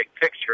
picture